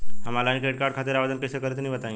हम online credit card खातिर आवेदन कइसे करि तनि बताई?